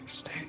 Stay